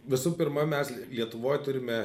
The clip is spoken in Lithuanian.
visų pirma mes lietuvoj turime